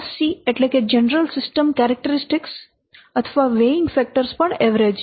GSC એટલે કે general system characteristics અથવા વેઈન્ગ ફેક્ટર્સ પણ એવરેજ છે